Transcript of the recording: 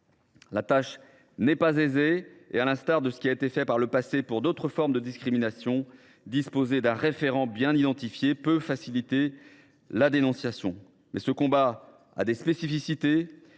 La tâche n’est pas aisée et, à l’instar de ce qui a été fait par le passé pour d’autres formes de discriminations, disposer d’un référent bien identifié peut faciliter la dénonciation. Certes, ce combat a des spécificités.